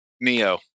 Neo